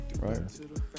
Right